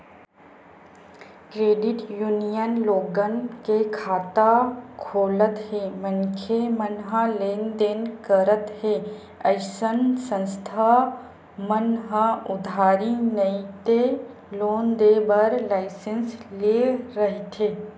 credit union लोगन के खाता खोलत हे मनखे मन ह लेन देन करत हे अइसन संस्था मन ह उधारी नइते लोन देय बर लाइसेंस लेय रहिथे